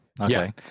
okay